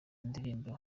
indirimbo